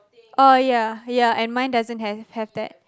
oh ya ya and mine doesn't have have that